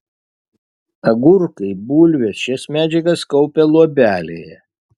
agurkai bulvės šias medžiagas kaupia luobelėje